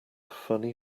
funny